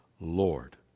Lord